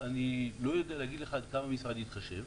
אני לא יודע להגיד לך עד כמה המשרד התחשב.